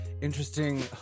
interesting